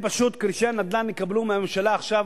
פשוט כרישי הנדל"ן יקבלו מהממשלה עכשיו